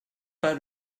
pas